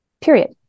period